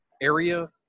area